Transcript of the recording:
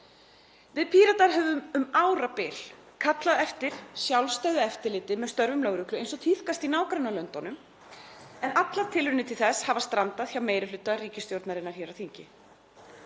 Við Píratar höfum um árabil kallað eftir sjálfstæðu eftirliti með störfum lögreglu eins og tíðkast í nágrannalöndunum en allar tilraunir til þess hafa strandað hjá meiri hluta ríkisstjórnarinnar hér á þingi.